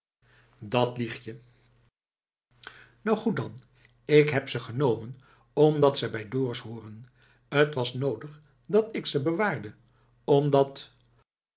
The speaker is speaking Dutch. dat lieg je nou goed dan ik heb ze genomen omdat ze bij dorus hooren t was noodig dat ik ze bewaarde omdat